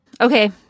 Okay